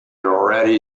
already